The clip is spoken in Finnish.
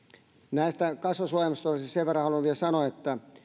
näistä kasvosuojaimista olisin sen verran halunnut vielä sanoa että